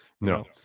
No